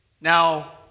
Now